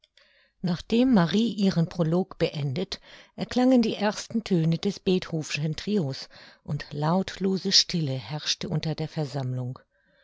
nachdem marie ihren prolog beendet erklangen die ersten töne des beethoven'schen trio's und lautlose stille herrschte unter der versammlung